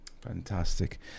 Fantastic